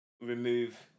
remove